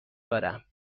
دارم